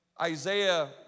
Isaiah